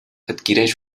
adquireix